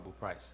price